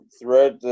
throughout